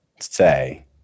say